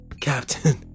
Captain